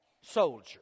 soldier